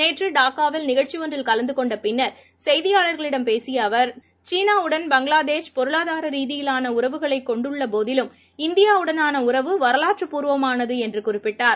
நேற்று டாக்காவில் நிகழ்ச்சிஒன்றில் கலந்துகொண்டபின்னர் செய்தியாளர்களிடம் பேசியஅவர் சீனாவுடன் பங்களாதேஷ் பொருளாதாரரீதியானஉறவுகளைகொண்டுள்ளபோதிலும் இந்தியாவுடனானஉறவு வரலாற்றுப்பூர்வமானதுஎன்றுகுறிப்பிட்டார்